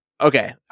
Okay